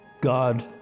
God